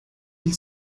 del